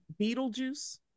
Beetlejuice